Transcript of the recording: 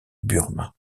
burma